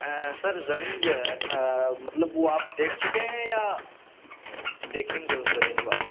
سر زمین جو ہے مطلب وہ آپ دیکھ چکے ہیں یا دیکھیں گے اس زمین کو آپ